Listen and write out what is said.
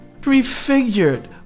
prefigured